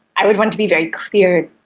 i would want to be very clear,